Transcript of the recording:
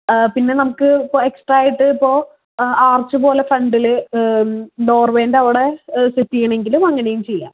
പിന്നെ നമുക്ക് ഇപ്പോൾ എക്സ്ട്രാ ആയിട്ടിപ്പോൾ ആർച്ചുപോലെ ഫ്രണ്ടില് ഡോർ വെയിന്റെ അവിടെ സെറ്റ് ചെയ്യണമെങ്കിൽ അങ്ങനെയും ചെയ്യാം